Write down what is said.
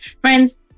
Friends